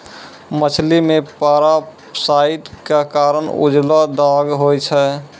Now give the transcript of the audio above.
मछली मे पारासाइट क कारण उजलो दाग होय छै